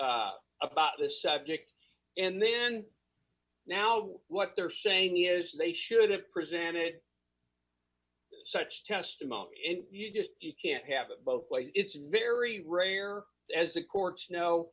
about this subject and then now what they're saying is they should have presented such testimony you just can't have it both ways it's very rare as the courts know